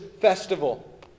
festival